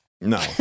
No